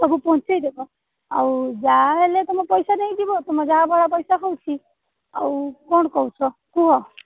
ସବୁ ପହେଞ୍ଚାଇ ଦେବ ଆଉ ଯାହାହେଲେ ତମ ପଇସା ନେଇଯିବ ତମ ଯାହା ବଳା ପଇସା ହେଉଛି ଆଉ କ'ଣ କହୁଛ କୁହ